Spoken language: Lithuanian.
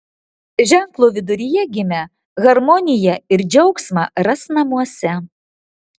ženklo viduryje gimę harmoniją ir džiaugsmą ras namuose